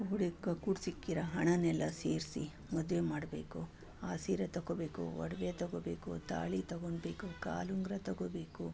ಕೂಡಿಕ್ಕೋ ಕೂಡ್ಸಿಟ್ಟಿರೋ ಹಣವೆಲ್ಲ ಸೇರಿಸಿ ಮದುವೆ ಮಾಡಬೇಕು ಆ ಸೀರೆ ತೊಗೊಳ್ಬೇಕು ಒಡವೆ ತೊಗೊಳ್ಬೇಕು ತಾಳಿ ತೊಗೊಳ್ಬೇಕು ಕಾಲುಂಗುರ ತೊಗೊಳ್ಬೇಕು